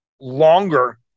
longer